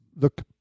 Look